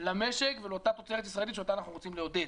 למשק ולאותה תוצרת ישראלית שאותה אנחנו רוצים לעודד.